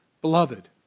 beloved